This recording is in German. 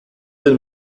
den